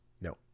No